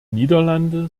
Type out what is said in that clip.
niederlande